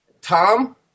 Tom